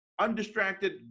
undistracted